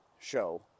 show